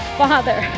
father